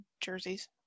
jerseys